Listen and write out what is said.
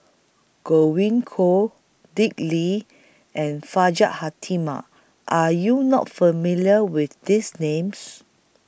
Godwin Koay Dick Lee and Hajjah Fatimah Are YOU not familiar with These Names